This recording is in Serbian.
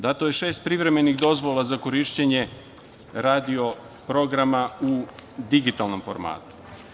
Dato je šest privremenih dozvola za korišćenje radio programa u digitalnom formatu.